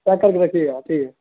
pack کرکے رکھیے گا ٹھیک ہے